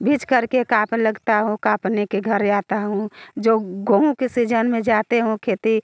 भीग कर के काँपने लगती हूँ काँप के घर आती हूँ जो गेहूं के सीजन में जाती हूँ खेती